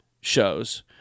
shows